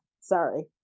Sorry